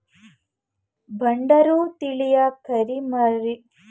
ಬಂಡೂರು ತಳಿಯ ಕುರಿಮರಿಗಳಿಗೆ ಸಂತೆಯಲ್ಲಿ ಹೆಚ್ಚಿನ ಬೇಡಿಕೆ ಇದೆ